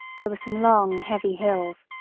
there were some long, heavy hills,